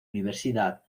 universidad